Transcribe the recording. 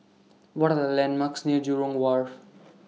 What Are The landmarks near Jurong Wharf